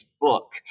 book